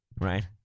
right